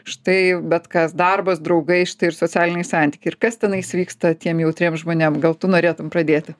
štai bet kas darbas draugai štai ir socialiniai santykiai ir kas tenais vyksta tiem jautriem žmonėm gal tu norėtum pradėti